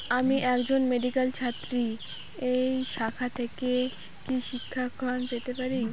আমি একজন মেডিক্যাল ছাত্রী এই শাখা থেকে কি শিক্ষাঋণ পেতে পারি?